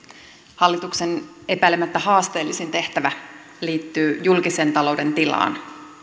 hallituksen epäilemättä haasteellisin tehtävä liittyy julkisen talouden tilaan